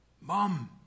Mom